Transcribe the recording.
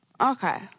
Okay